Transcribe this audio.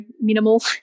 minimal